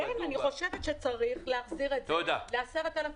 אני חושבת שצריך להחזיר את ה ל-10,000